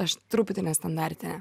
aš truputį nestandartinė